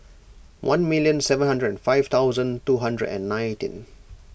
one million seven hundred and five thousand two hundred and nineteen